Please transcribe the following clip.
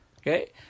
Okay